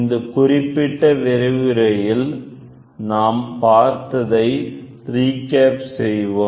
இந்த குறிப்பிட்ட விரிவுரையில்நாம் பார்த்ததை ரீகேப் செய்வோம்